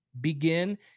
begin